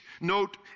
note